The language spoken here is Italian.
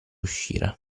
uscire